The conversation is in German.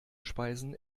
speisen